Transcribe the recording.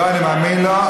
לא, אני מאמין לו.